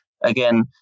Again